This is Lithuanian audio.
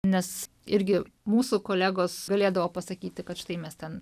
nes irgi mūsų kolegos galėdavo pasakyti kad štai mes ten